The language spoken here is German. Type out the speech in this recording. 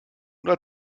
oder